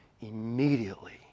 Immediately